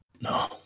No